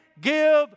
give